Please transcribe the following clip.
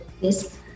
Yes